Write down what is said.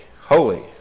holy